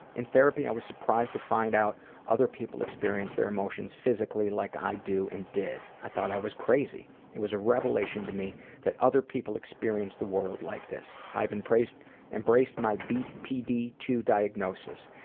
in therapy i was surprised to find out other people experience their emotions physically like i do and did. i thought i was it was a revelation to me that other people experience the world like this. i have embraced embraced my b p d two diagnosis.